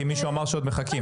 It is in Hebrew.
כי מישהו אמר שעוד מחכים.